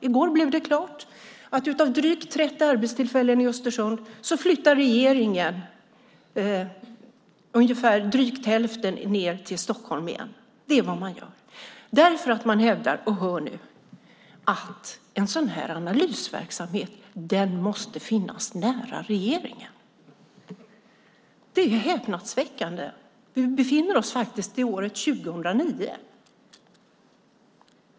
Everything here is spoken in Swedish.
I går blev det klart att av drygt 30 arbetstillfällen i Östersund flyttar regeringen drygt hälften till Stockholm igen. Man hävdar - hör nu - att en sådan analysverksamhet måste finnas nära regeringen. Det är häpnadsväckande. Vi befinner oss faktiskt i året 2009.